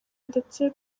ndetse